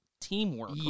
teamwork